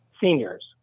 seniors